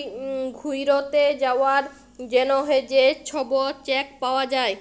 ঘ্যুইরতে যাউয়ার জ্যনহে যে ছব চ্যাক পাউয়া যায়